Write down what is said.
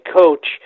coach